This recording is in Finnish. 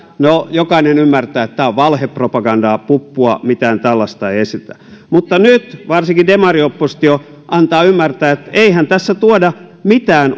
jokainen ymmärtää että tämä on valhepropagandaa puppua mitään tällaista ei esitetä mutta nyt varsinkin demarioppositio antaa ymmärtää että eihän tässä tuoda mitään